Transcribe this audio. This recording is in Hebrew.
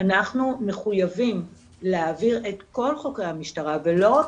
אנחנו מחויבים להעביר את כל חוקרי המשטרה ולא רק